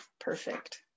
perfect